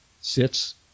sits